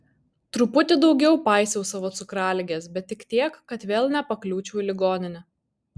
truputį daugiau paisiau savo cukraligės bet tik tiek kad vėl nepakliūčiau į ligoninę